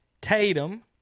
Tatum